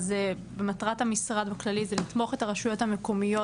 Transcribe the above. מטרת המשרד בכללי זה לתמוך את הרשויות המקומיות